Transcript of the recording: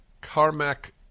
Carmack